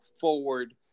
forward